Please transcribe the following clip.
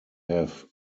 have